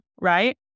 right